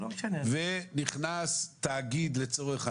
ונכנס תאגיד לצורך העניין.